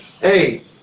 Hey